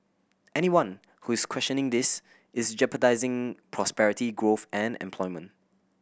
anyone who is questioning this is jeopardising prosperity growth and employment